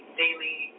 daily